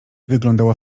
wyglądała